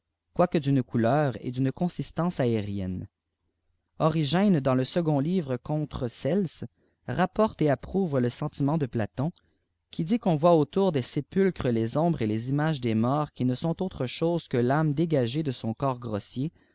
quoique d'une couleur et d'uée consistance aérienne origène dans le second hvre contre celse rappbrte et apprôme le sentiment de platon qui dit qu'on voit autour des sépulcresilès ombres et les images des morts qui ne sont autre chose quel'toie dégagée de son corps grossier